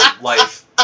life